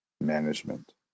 management